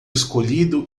escolhido